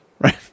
Right